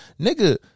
Nigga –